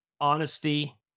honesty